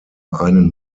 einen